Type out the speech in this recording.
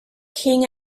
king